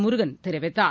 முருகன் தெரிவித்தார்